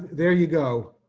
there you go.